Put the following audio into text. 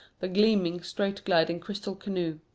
the gleaming, straight-gliding crystal canoe.